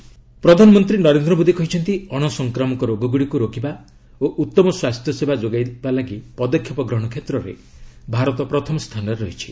PM ପ୍ରଧାନମନ୍ତ୍ରୀ ନରେନ୍ଦ୍ର ମୋଦୀ କହିଛନ୍ତି ଅଣସଂକ୍ରାମକ ରୋଗଗୁଡ଼ିକୁ ରୋକିବା ଓ ଉତ୍ତମ ସ୍ୱାସ୍ଥ୍ୟସେବା ଯୋଗାଇବା ଲାଗି ପଦକ୍ଷେପ ଗ୍ରହଣ କ୍ଷେତ୍ରରେ ଭାରତ ପ୍ରଥମ ସ୍ଥାନରେ ରହିଛି